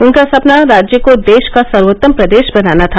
उनका सपना राज्य को देश का सर्वेत्तम प्रदेश बनाना था